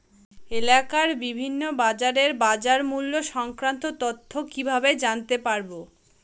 এলাকার বিভিন্ন বাজারের বাজারমূল্য সংক্রান্ত তথ্য কিভাবে জানতে পারব?